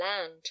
land